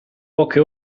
poche